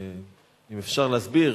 האם אפשר להסביר?